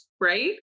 Right